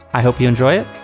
i hope you enjoy it.